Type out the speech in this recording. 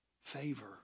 favor